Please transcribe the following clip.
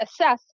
assess